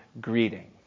greeting